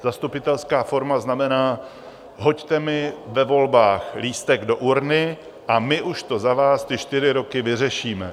Zastupitelská forma znamená: hoďte mi ve volbách lístek do urny a my už to za vás ty čtyři roky vyřešíme.